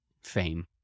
fame